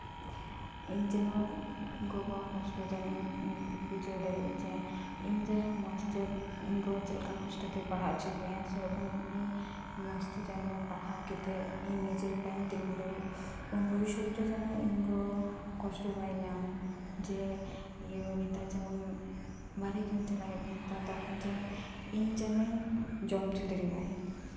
ᱤᱧ ᱡᱮᱱᱚ ᱜᱚᱜᱚᱣᱟᱜ ᱠᱚᱥᱴᱚ ᱡᱮᱱᱚ ᱵᱩᱡᱷᱟᱹᱣ ᱫᱟᱲᱮᱭᱟᱜ ᱡᱮ ᱤᱧ ᱡᱮᱱᱚ ᱢᱚᱸᱡᱽ ᱛᱮ ᱤᱧ ᱜᱚᱜᱚ ᱪᱮᱫ ᱞᱮᱠᱟ ᱠᱚᱥᱴᱚ ᱛᱮᱭ ᱯᱟᱲᱦᱟᱣ ᱦᱚᱪᱚ ᱞᱤᱫᱤᱧᱟᱭ ᱥᱮᱨᱚᱠᱚᱢ ᱡᱮᱱᱚ ᱤᱧ ᱢᱚᱸᱡᱽ ᱛᱮ ᱯᱟᱲᱦᱟᱣ ᱠᱟᱛᱮ ᱤᱧ ᱱᱤᱡᱮᱨ ᱯᱟᱭᱮᱧ ᱛᱤᱸᱜᱳ ᱫᱟᱲᱮᱭᱟᱜ ᱵᱷᱚᱵᱤᱥᱥᱤᱛ ᱨᱮ ᱡᱮᱱᱚ ᱤᱧ ᱜᱚ ᱠᱚᱥᱴᱚ ᱵᱟᱭ ᱧᱟᱢ ᱡᱮ ᱤᱭᱟᱹ ᱱᱤᱛ ᱦᱚᱸ ᱡᱮᱢᱚᱱ ᱵᱟᱨᱦᱮ ᱠᱟᱢᱤ ᱪᱟᱞᱟᱜ ᱦᱳᱭᱳᱜ ᱠᱟᱱ ᱛᱟᱭᱟ ᱛᱚᱠᱷᱚᱱ ᱡᱮᱱᱚ ᱤᱧ ᱡᱚᱱᱤᱧ ᱡᱚᱢ ᱦᱚᱪᱚ ᱫᱟᱲᱮᱣᱟᱭ